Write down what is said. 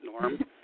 Norm